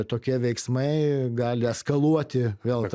tokie veiksmai gali eskaluoti vėl